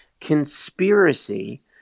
Conspiracy